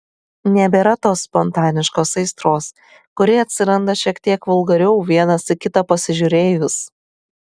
nebėra tos spontaniškos aistros kuri atsiranda šiek tiek vulgariau vienas į kitą pasižiūrėjus